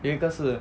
有一个是